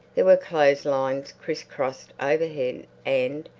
there were clotheslines criss-crossed overhead and,